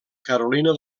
carolina